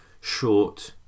short